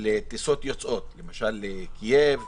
לטיסות יוצאות, למשל לקייב,